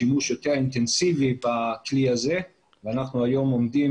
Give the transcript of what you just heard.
שיעור יותר אינטנסיבי בכלי הזה ואנחנו היום עומדים